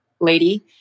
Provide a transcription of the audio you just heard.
lady